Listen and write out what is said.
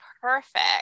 perfect